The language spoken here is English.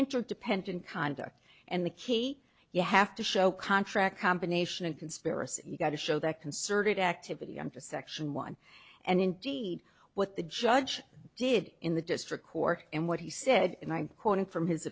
interdependent conduct and the key you have to show contract combination and conspiracy you've got to show that concerted activity and to section one and indeed what the judge did in the district court and what he said and i'm quoting from his